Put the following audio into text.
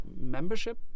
membership